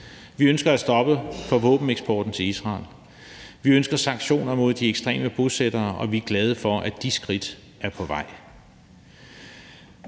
Vi ønsker at stoppe for våbeneksporten til Israel, og vi ønsker sanktioner mod de ekstreme bosættere, og vi er glade for, at de skridt er på vej.